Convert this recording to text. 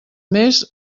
més